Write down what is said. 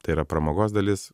tai yra pramogos dalis